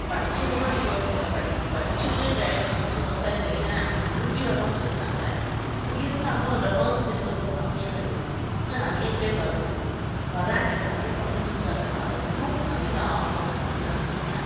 படித்தவுங்களும் இன்றைக்கி படிச்சுட்டு வேலைக்கு விவசாயம் செய்யறேன் அப்படின்னு விரும்பி வரவங்களும் இருக்காங்க பட் இருந்தாலும் அந்த பெர்சண்டேஜ் வந்து ரொம்ப கம்மியாகதான் இருக்குது இன்னும் நிறைய பேர் வரணும் வராங்க நிறைய வந்துட்டிருக்காங்க அது இன்னும் நிறைய ஆகணும் அப்படின்னு நெனைக்கிறேன்